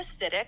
acidic